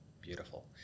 Beautiful